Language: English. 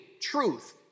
Truth